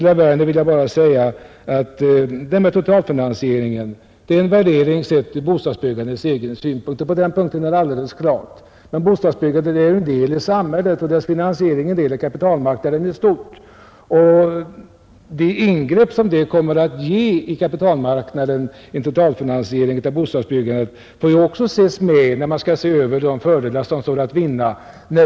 Till herr Werner vill jag säga att detta med totalfinansiering är en värdering ur bostadsbyggandets egen synpunkt. Den saken är alldeles klar. Men bostadsbyggandet är en del av samhällsverksamheten och dess finansiering är en del av verksamheten på kapitalmarknaden i stort. De ingrepp som en totalfinansiering av bostadsbyggandet medför på kapitalmarknaden får också beaktas när man bedömer de fördelar som står att vinna.